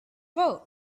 vote